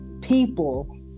people